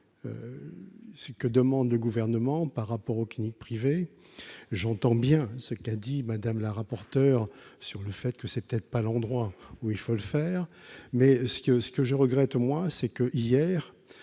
ce que demande le gouvernement, par rapport aux cliniques privées, j'entends bien ce qu'a dit Madame la rapporteure sur le fait que c'est peut-être pas l'endroit où il faut le faire, mais ce que ce que je regrette, moi, c'est que hier,